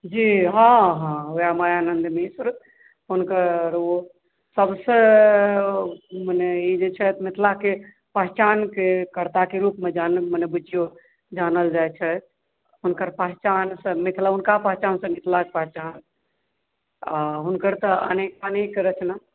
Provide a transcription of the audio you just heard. जी हँ हँ ओएह मायानन्द मिश्र हुँनकर सबसँ मने ई जे छथि मिथिलाके पहचान कर्ताके रूपमे मने बुझियौ जानल जाइत छथि हुँनकर पहचानसँ मिथिला हुँनका पहचानसँ मिथिलाके पहचान हुँनकर तऽ अनेकानेक रचना